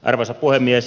arvoisa puhemies